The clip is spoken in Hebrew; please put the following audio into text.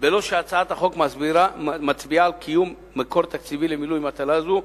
בלא שהצעת החוק מצביעה על קיום מקור תקציבי למילוי מטלה זו,